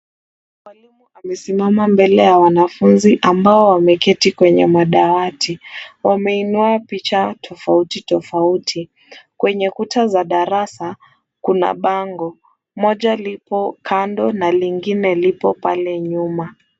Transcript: Mwalimu amesimama mbele ya wanafunzi ambao wameketi kwenye madawati. Wameinua picha tofauti tofauti. Kwenye kuta za darasa kuna bango. Moja lipo kando na lingine lipo pale nyuma.